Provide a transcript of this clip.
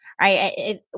right